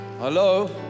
hello